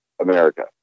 America